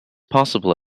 possible